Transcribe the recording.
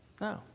No